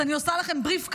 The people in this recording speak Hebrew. אז אני עושה לכם בריף קצר.